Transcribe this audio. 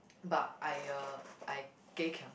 but I uh I geh-kiang